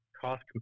cost